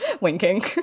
winking